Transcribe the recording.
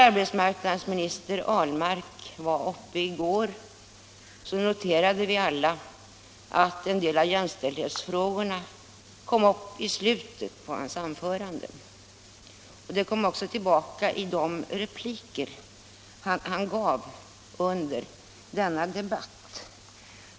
Arbetsmarknadsminister Ahlmark kom i går i slutet av sitt anförande in på en del av jämställdhetsfrågorna. De kom också tillbaka i de repliker han hade under denna debatt.